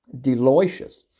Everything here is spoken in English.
delicious